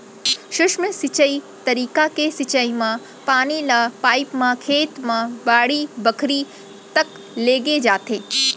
सूक्ष्म सिंचई तरीका के सिंचई म पानी ल पाइप म खेत म बाड़ी बखरी तक लेगे जाथे